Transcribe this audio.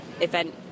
event